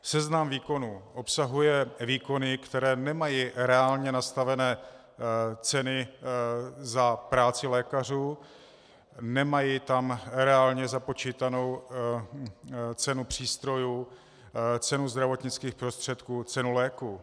Seznam výkonů obsahuje výkony, které nemají reálně nastavené ceny za práci lékařů, nemají tam reálně započítanou cenu přístrojů, cenu zdravotnických prostředků, cenu léků.